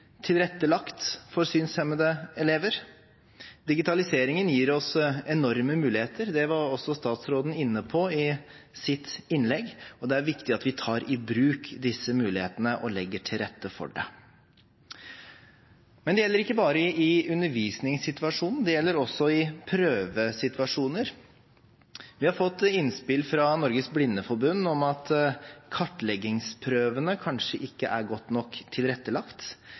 tilrettelagt for synshemmede elever. Digitaliseringen gir oss enorme muligheter, det var også statsråden inne på i sitt innlegg, og det er viktig at vi tar i bruk disse mulighetene og legger til rette for det. Men det gjelder ikke bare i undervisningssituasjonen, det gjelder også i prøvesituasjoner. Vi har fått innspill fra Norges Blindeforbund om at kartleggingsprøvene kanskje ikke er godt nok tilrettelagt.